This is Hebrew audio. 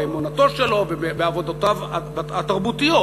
באמונתו שלו ובעבודותיו התרבותיות.